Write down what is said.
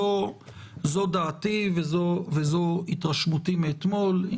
זו דעתי, וזו התרשמותי מאתמול.